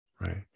right